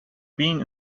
being